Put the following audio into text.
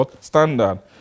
standard